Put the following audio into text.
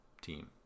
team